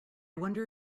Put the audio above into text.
wonder